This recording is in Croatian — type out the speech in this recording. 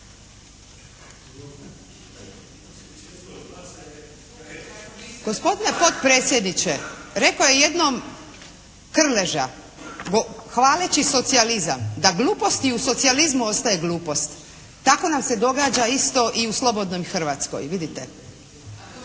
Gospodine potpredsjedniče rekao je jednom Krleža hvaleći socijalizam da glupost i u socijalizmu ostaje glupost. Tako nam se događa isto i u slobodnoj Hrvatskoj, vidite!